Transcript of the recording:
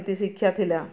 ନୀତିଶିକ୍ଷା ଥିଲା